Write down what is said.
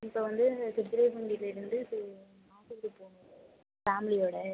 இப்போ வந்து திருத்துறைப்பூண்டியிலேருந்து இது நாகூருக்கு போகணும் ஃபேம்லியோடு